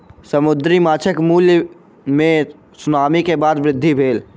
समुद्री माँछक मूल्य मे सुनामी के बाद वृद्धि भेल